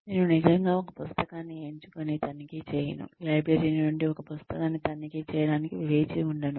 నేను నిజంగా ఒక పుస్తకాన్ని ఎంచుకొని తనిఖీ చేయను లైబ్రరీ నుండి ఒక పుస్తకాన్ని తనిఖీ చేయడానికి వేచి ఉండను